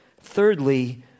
Thirdly